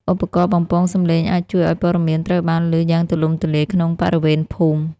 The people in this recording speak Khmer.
ឧបករណ៍បំពងសំឡេងអាចជួយឱ្យព័ត៌មានត្រូវបានឮយ៉ាងទូលំទូលាយក្នុងបរិវេណភូមិ។